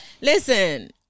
listen